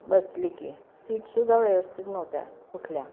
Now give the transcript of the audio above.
बसले की सीट सुद्धा व्यवस्थित नव्हत्या कुठल्या